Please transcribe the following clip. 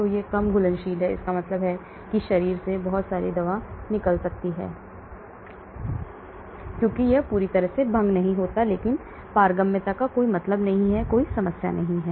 तो यह कम घुलनशीलता है इसका मतलब है कि शरीर से बहुत सारी दवा निकल सकती है क्योंकि यह पूरी तरह से भंग नहीं होता है लेकिन पारगम्यता का कोई मतलब नहीं है कोई समस्या नहीं है